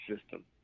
system